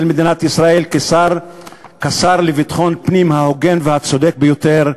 מדינת ישראל כשר לביטחון הפנים ההוגן והצודק ביותר,